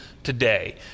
Today